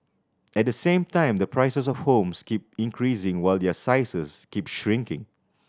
at the same time the prices of homes keep increasing while their sizes keep shrinking